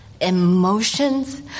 emotions